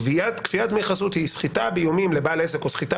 כפיית דמי חסות היא סחיטה באיומים לבעל עסק או סחיטה